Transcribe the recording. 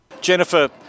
Jennifer